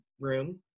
room